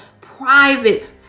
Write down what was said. private